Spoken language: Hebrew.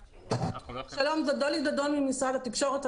שלום, זו דולי דדון ממשרד התקשורת.